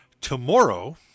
Tomorrow